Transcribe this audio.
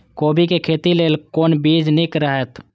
कोबी के खेती लेल कोन बीज निक रहैत?